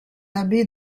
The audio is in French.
abbé